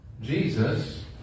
Jesus